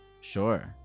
Sure